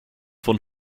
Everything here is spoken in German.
von